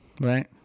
right